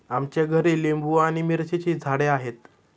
आमच्या घरी लिंबू आणि मिरचीची झाडे आहेत